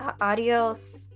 adios